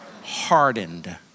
Hardened